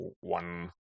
One